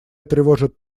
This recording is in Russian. тревожит